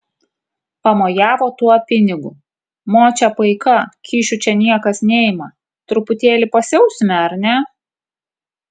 pamojavo tuo pinigu močia paika kyšių čia niekas neima truputėlį pasiausime ar ne